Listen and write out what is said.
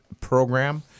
program